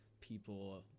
people